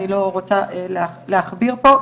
אני לא רוצה להכביר פה,